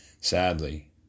Sadly